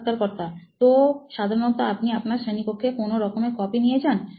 সাক্ষাৎকারকর্তাতো সাধারণত আপনি আপনার শ্রেণীকক্ষে কোনো রকমের কপি নিয়ে যান